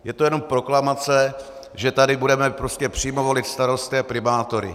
Je to jenom proklamace, že tady budeme prostě přímo volit starosty a primátory.